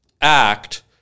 act